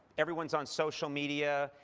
everyone's on social media,